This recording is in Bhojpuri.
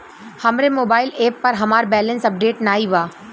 हमरे मोबाइल एप पर हमार बैलैंस अपडेट नाई बा